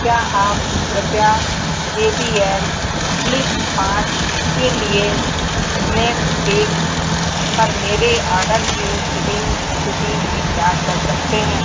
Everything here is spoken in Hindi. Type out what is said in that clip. क्या आप कृपया जे बी एल फ्लिप पाँच के लिए स्नैपडील पर मेरे ऑर्डर की शिपिन्ग इस्थिति की जाँच कर सकते हैं